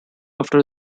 after